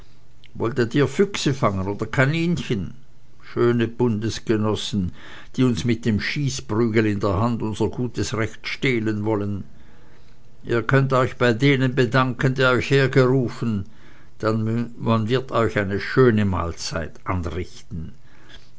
wolltet ihr füchse fangen oder kaninchen schöne bundesgenossen die uns mit dem schießprügel in der hand unser gutes recht stehlen wollen ihr könnt euch bei denen bedanken die euch hergerufen denn man wird euch eine schöne mahlzeit anrichten